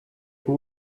who